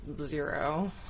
zero